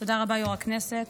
תודה רבה, יו"ר הישיבה.